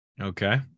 Okay